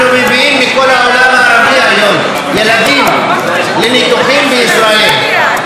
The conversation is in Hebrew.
אנחנו מביאים מכל העולם הערבי היום ילדים לניתוחים בישראל,